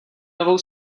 novou